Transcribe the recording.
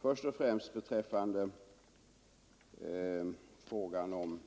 Först och främst: Beträffande frågan om